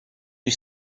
you